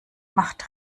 macht